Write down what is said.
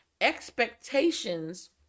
expectations